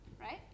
right